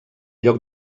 lloc